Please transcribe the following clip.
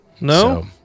No